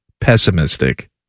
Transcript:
pessimistic